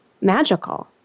magical